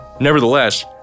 Nevertheless